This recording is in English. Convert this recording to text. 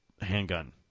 handgun